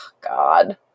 god